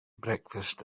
breakfast